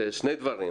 שני דברים.